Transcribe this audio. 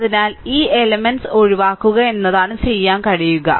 അതിനാൽ ഈ എലെമെന്റ്സ് ഒഴിവാക്കുക എന്നതാണ് ചെയ്യാൻ കഴിയുക